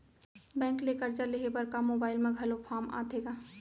Bank ले करजा लेहे बर का मोबाइल म घलो फार्म आथे का?